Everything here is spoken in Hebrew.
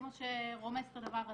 זה מה שרומס את הדבר הזה.